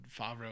Favreau